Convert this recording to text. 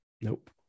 nope